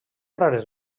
rares